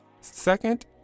second